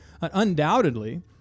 Undoubtedly